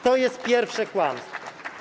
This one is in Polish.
To jest pierwsze kłamstwo.